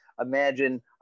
Imagine